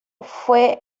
fue